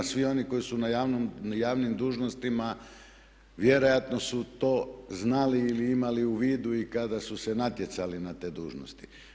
Svi oni koji su na javnim dužnostima vjerojatno su to znali ili imali u vidu i kada su se natjecali na te dužnosti.